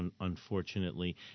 unfortunately